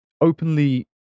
openly